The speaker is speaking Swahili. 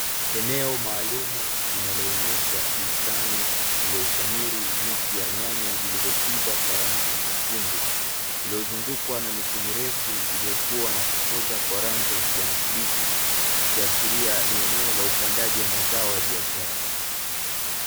Eneo maalumu linaloonyesha bustani ilyoshamiri miti ya nyanya zilizokwiva kwa rangi nyekundu iliyozungukwa na miti mirefu iliyokuwa na kukoza kwa rangi ya kijani kibichi ikiashiria ni eneo la upandaji wa mazao ya biashara.